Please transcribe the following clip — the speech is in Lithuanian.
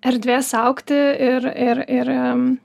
erdvės augti ir ir ir